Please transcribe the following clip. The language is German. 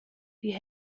die